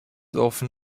often